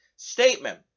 statement